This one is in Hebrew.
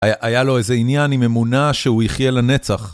היה, היה לו איזה עניין עם אמונה שהוא יחיה לנצח.